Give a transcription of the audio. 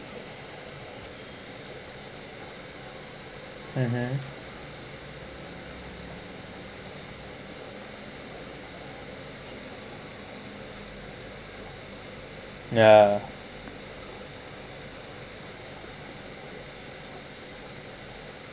mmhmm ya